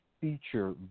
feature